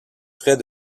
frais